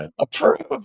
Approve